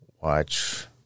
watch